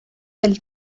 del